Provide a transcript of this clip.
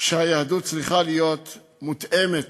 היה לאורך